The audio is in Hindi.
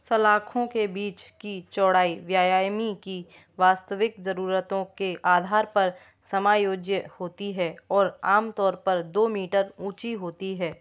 सलाखों के बीच की चौड़ाई व्यायामी की वास्तविक ज़रूरतों के आधार पर समायोज्य होती है और आमतौर पर दो मीटर ऊँची होती है